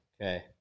Okay